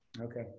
Okay